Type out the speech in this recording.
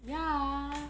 ya